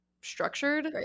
structured